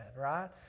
right